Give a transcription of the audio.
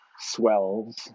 swells